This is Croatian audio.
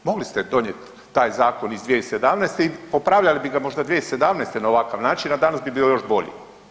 Mogli ste donijeti taj Zakon iz 2017. i popravljali bi ga možda 2017. na ovakav način, a danas bi bio još bolji.